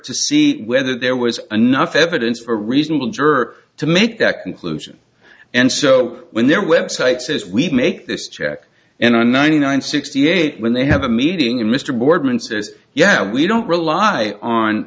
to see whether there was enough evidence for a reasonable juror to make that conclusion and so when their website says we make this check in a ninety nine sixty eight when they have a meeting and mr boardman says yeah we don't rely on